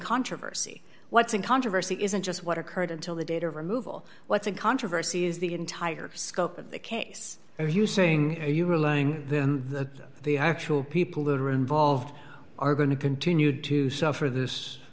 controversy what's in controversy isn't just what occurred until the data removal what's a controversy is the entire scope of the case are you saying you are lying then the actual people that are involved are going to continue to suffer this